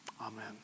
Amen